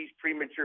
premature